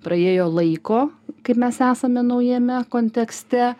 praėjo laiko kaip mes esame naujame kontekste